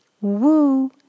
Woo